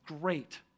great